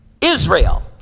Israel